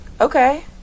Okay